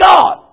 God